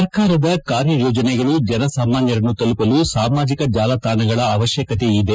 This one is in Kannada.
ಸರ್ಕಾರದ ಕಾರ್ಯಯೋಜನೆಗಳು ಜನಸಾಮಾನ್ಕರನ್ನು ತಲುಪಲು ಸಾಮಾಜಿಕ ಜಾಲತಾಣಗಳ ಅವಶ್ಯಕತೆ ಇದೆ